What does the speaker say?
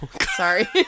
Sorry